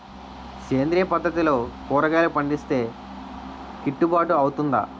సేంద్రీయ పద్దతిలో కూరగాయలు పండిస్తే కిట్టుబాటు అవుతుందా?